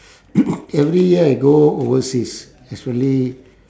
every year I go overseas as only